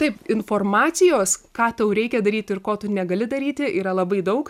taip informacijos ką tau reikia daryt ir ko tu negali daryti yra labai daug